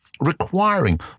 requiring